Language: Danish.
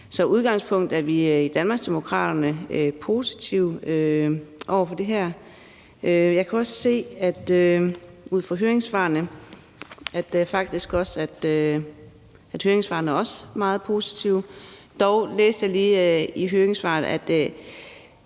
Så i udgangspunktet er vi i Danmarksdemokraterne positive over for det her. Jeg kan se ud fra høringssvarene, at de også er meget positive. Dog læste jeg lige, at